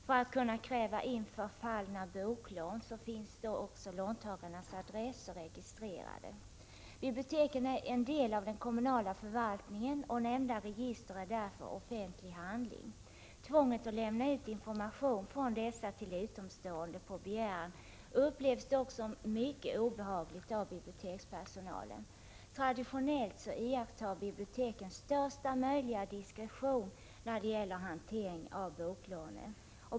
För att biblioteken skall kräva in böcker där lånen förfallit finns låntagarnas adresser registrerade. Biblioteken är en del av den kommunala förvaltningen, och nämnda register är därför offentlig handling. Tvånget att lämna ut information från dessa till utomstående på begäran upplevs dock som mycket obehagligt av bibliotekspersonalen. Traditionellt iakttar biblioteken största möjliga diskretion när det gäller hantering av boklånen.